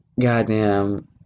Goddamn